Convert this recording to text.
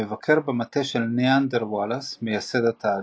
מבקר במטה של ניאדר וואלאס, מייסד התאגיד.